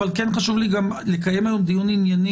אבל כן חשוב לי גם לקיים היום דיון ענייני